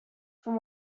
from